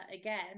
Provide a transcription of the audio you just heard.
again